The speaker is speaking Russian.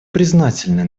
признательны